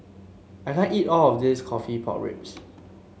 I can't eat all of this coffee Pork Ribs